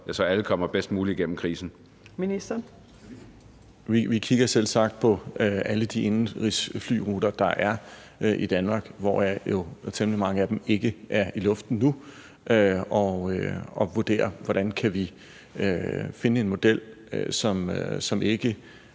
Transportministeren (Benny Engelbrecht): Vi kigger selvsagt på alle de indenrigsflyruter, der er i Danmark, hvoraf jo temmelig mange af dem ikke er i luften nu, og vurderer, hvordan vi kan finde en model, som ikke